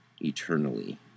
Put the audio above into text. eternally